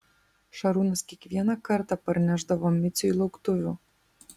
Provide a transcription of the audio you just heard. šarūnas kiekvieną kartą parnešdavo miciui lauktuvių